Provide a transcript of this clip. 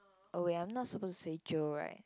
oh wait I'm not suppose to say jio right